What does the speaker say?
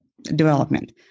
development